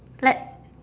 let